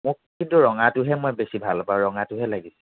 মোক কিন্তু বঙাটোহে মই বেছি ভাল পাওঁ ৰঙাটোহে লাগিছিল